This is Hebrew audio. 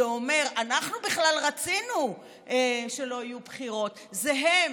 שאומר: אנחנו בכלל רצינו שלא יהיו בחירות, זה הם